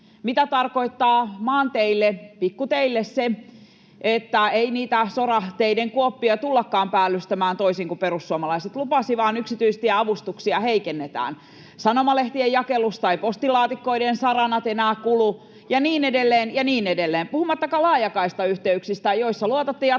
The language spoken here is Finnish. Mitä tarkoittaa maanteille, pikkuteille se, että ei niitä sorateiden kuoppia tullakaan päällystämään, toisin kuin perussuomalaiset lupasivat, vaan yksityistieavustuksia heikennetään? Sanomalehtien jakelusta eivät postilaatikoiden saranat enää kulu, ja niin edelleen ja niin edelleen, puhumattakaan laajakaistayhteyksistä, joissa luotatte jatkossa